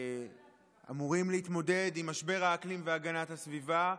שאמורים להתמודד עם משבר האקלים והגנת הסביבה.